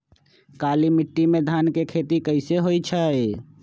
काली माटी में धान के खेती कईसे होइ छइ?